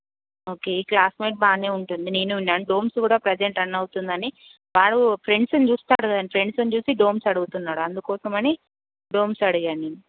okay ఈ classmate బాగానే ఉంటుంది నేను నా డోమ్స్ కూడా ప్రజెంట్ రన్ అవుతుందని వాడు ఫ్రెండ్స్ని చూస్తాడు కదా ఫ్రెండ్స్ని చూసి డోమ్స్ అడుగుతున్నాడు అందుకోసమని డోమ్స్ అడిగాను నేన్